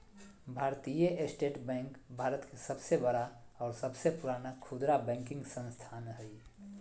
भारतीय state bank Bharat के सबसे बड़ा और सबसे पुराना खुदरा बैंकिंग संस्थान हइ